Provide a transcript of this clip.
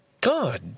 God